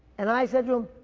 and i said to him,